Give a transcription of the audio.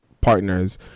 partners